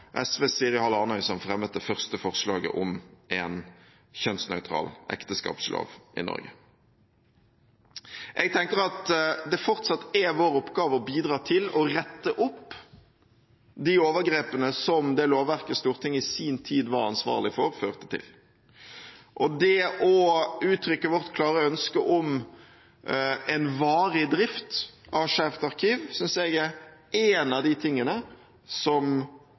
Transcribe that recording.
Hall Arnøy som fremmet det første forslaget om en kjønnsnøytral ekteskapslov i Norge. Jeg tenker at det fortsatt er vår oppgave å bidra til å rette opp de overgrepene som det lovverket Stortinget i sin tid var ansvarlig for, førte til. Det å uttrykke vårt klare ønske om en varig drift av Skeivt arkiv synes jeg er en av de tingene som